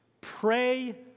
Pray